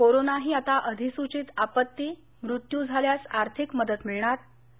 corona झी आत अधिसूचित आपत्ती मृत्यू झल्विस्ति आर्थिक मदत मिळणशि